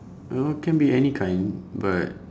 you know can be any kind but